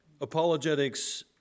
apologetics